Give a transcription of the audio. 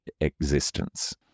existence